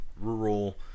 rural